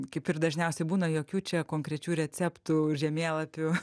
kaip ir dažniausiai būna jokių čia konkrečių receptų žemėlapių